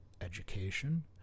education